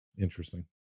interesting